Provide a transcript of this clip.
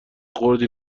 خردی